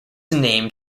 named